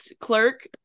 clerk